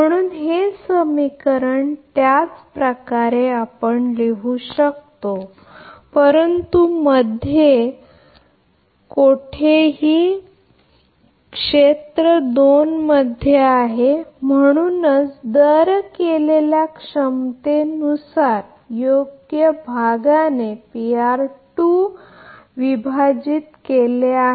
म्हणून हे समीकरण त्याचप्रकारे आपण लिहू शकतो परंतु मध्ये परंतु कोठे परंतु ते क्षेत्र 2 मध्ये आहे म्हणूनच रेट केलेल्या क्षमतेनुसार योग्य भागाने विभाजित केले आहे